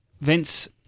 Vince